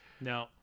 No